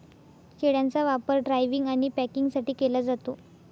शेळ्यांचा वापर ड्रायव्हिंग आणि पॅकिंगसाठी केला जातो